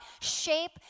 shape